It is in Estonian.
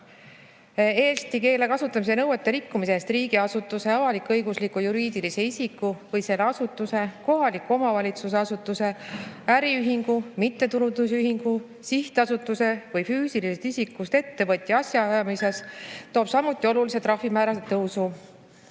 eesti keele kasutamise nõuete rikkumine riigiasutuse, avalik-õigusliku juriidilise isiku või selle asutuse, kohaliku omavalitsuse asutuse, äriühingu, mittetulundusühingu, sihtasutuse või füüsilisest isikust ettevõtja asjaajamises samuti kaasa oluliselt